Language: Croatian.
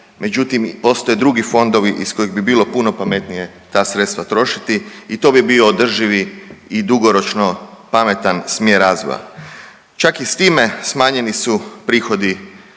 međutim postoje drugi fondovi iz kojih bi bilo puno pametnije ta sredstva trošiti i to bi bio održivi i dugoročno pametan smjer razvoja, čak i s time smanjeni su prihodi